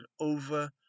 over